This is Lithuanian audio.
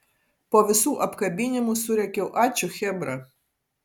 po visų apkabinimų surėkiau ačiū chebra